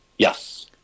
Yes